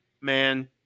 Man